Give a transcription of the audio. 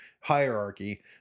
hierarchy